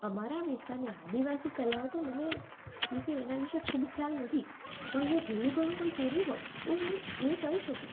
અમારા વિસ્તારની આદિવાસી કલાઓ તો મને વિશે એના વિશે ખૂબ ખ્યાલ નથી પણ જો થોડું ઘણું કોઈ કહેવું હોય તો એ કહી શકું